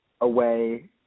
away